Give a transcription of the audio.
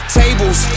tables